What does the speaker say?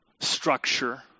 structure